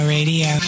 Radio